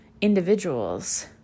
individuals